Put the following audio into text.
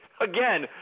again